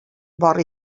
бар